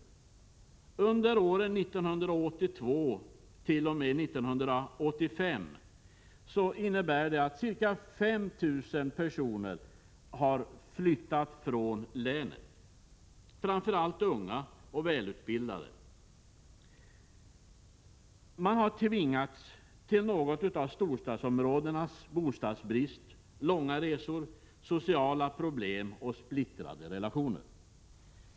Mellan 1982 och 1985 har ca 5 000 personer flyttat från länet, framför allt unga och välutbildade. De har tvingats till något av storstadsområdenas bostadsbrist, långa resor, 1 sociala problem och splittrade relationer.